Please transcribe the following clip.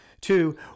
Two